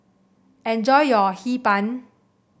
enjoy your Hee Pan